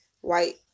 white